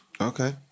Okay